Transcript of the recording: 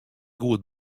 goed